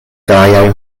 gajaj